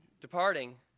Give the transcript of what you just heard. departing